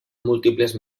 múltiples